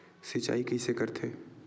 सिंचाई कइसे करथे?